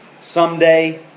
someday